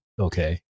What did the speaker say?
Okay